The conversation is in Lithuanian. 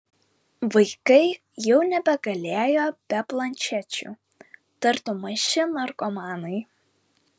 vaikai jau nebegalėjo be planšečių tartum maži narkomanai